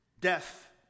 Death